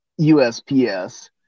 USPS